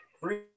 Free